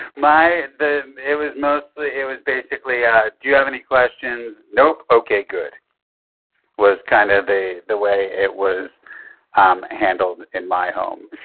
my it was mostly it was basically, ah do you have any questions? nope? ok, good was kind of the the way it was um handled in my home